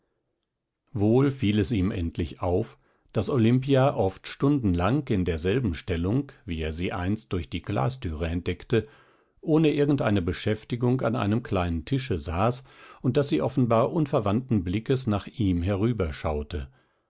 wohl fiel es ihm endlich auf daß olimpia oft stundenlang in derselben stellung wie er sie einst durch die glastüre entdeckte ohne irgend eine beschäftigung an einem kleinen tische saß und daß sie offenbar unverwandten blickes nach ihm